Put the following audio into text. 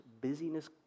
busyness